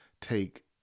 take